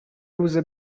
روزه